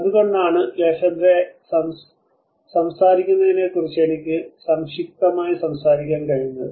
അതുകൊണ്ടാണ് ലെഫെബ്രെ സംസാരിക്കുന്നതിനെക്കുറിച്ച് എനിക്ക് സംക്ഷിപ്തമായി സംസാരിക്കാൻ കഴിയുന്നത്